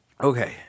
Okay